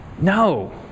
No